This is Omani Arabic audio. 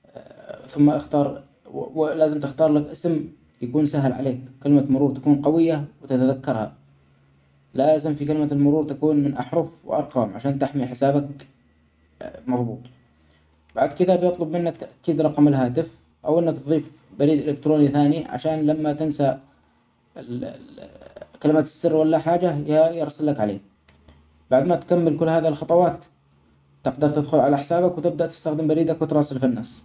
ثم اختار وو لازم تختارلك اسم يكون سهل عليك كلمة مرور تكون قوية وتتذكرها ،لازم في كلمة المرور تكون من أحرف وأرقام عشان تحمي حسابك مظبوط ،بعد كده بيطلب منك تاكيد لرقم الهاتف ،أو أنك تظيف بريد إلكتروني ثاني عشان لما تنسي ال-ال-ال كلمة السر ولا حاجة يي-يرسلك علية بعد ما تكمل كل هذا الخطوات تقدر تدخل علي حسابك وتبدأ تستخدم بريدك وتراسل فيه الناس.